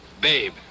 Babe